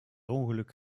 ongeluk